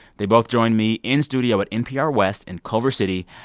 they both joined me in studio at npr west in culver city.